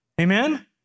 Amen